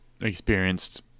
experienced